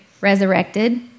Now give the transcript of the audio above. resurrected